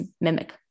mimic